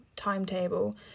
Timetable